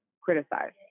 criticized